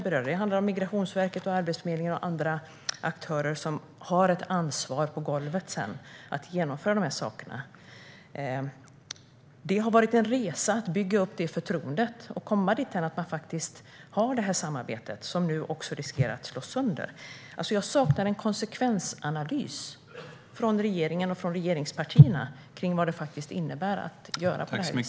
Det handlar om Migrationsverket, Arbetsförmedlingen och andra aktörer som har ansvar för att genomföra de här sakerna på golvet. Det har varit en resa att bygga upp det förtroendet och komma dithän att man har det här samarbetet, som nu löper risk att slås sönder. Jag saknar en konsekvensanalys från regeringen och regeringspartierna av vad det faktiskt innebär att göra på det här viset.